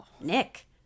Nick